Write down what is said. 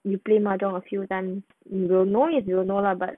you play mahjong a few times the noise is you know lah but